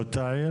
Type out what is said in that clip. באותה עיר?